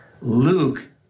Luke